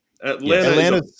atlanta